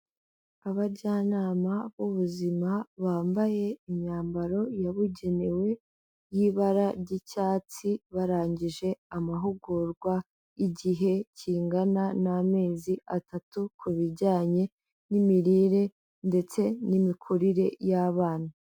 Abajyanama b'ubuzima bambaye imyambaro yabugenewe y'ibara ry'icyatsi, barangije amahugurwa y'igihe kingana n'amezi atatu ku bijyanye n'imirire ndetse n'imikurire y'abana.